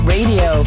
Radio